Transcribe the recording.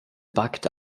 backt